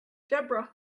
deborah